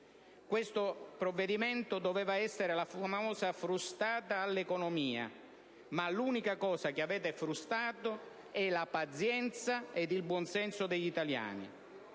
Questo provvedimento doveva essere la cosiddetta frustata all'economia, ma le uniche cose che avete frustato sono la pazienza e il buonsenso degli italiani,